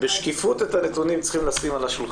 בשקיפות את הנתונים צריכים לשים על השולחן.